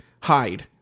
hide